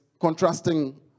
contrasting